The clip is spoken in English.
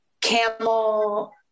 camel